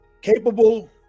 capable